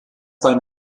beim